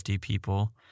people